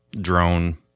drone